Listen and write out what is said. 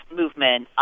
movement